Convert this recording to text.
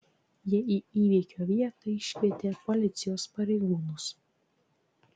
jie į įvykio vietą iškvietė policijos pareigūnus